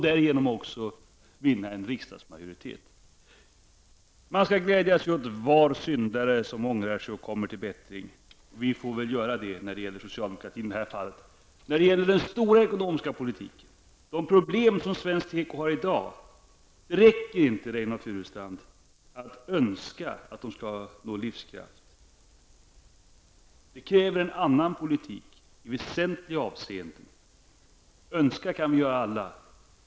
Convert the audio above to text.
Därigenom kan en riksdagsmajoritet uppnås. Det är bara att glädja sig åt var syndare som ångrar sig och kommer till bättring, som det heter. Vi får väl glädjas när det gäller socialdemokraterna i det här fallet. Beträffande den ekonomiska politiken i stort och de problem som svensk teko i dag har räcker det inte, Reynoldh Furustrand, att bara önska livskraft. Härför krävs det en annan politik i väsentliga avseenden. Önska kan vi alla göra.